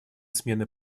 смены